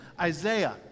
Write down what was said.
Isaiah